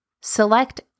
Select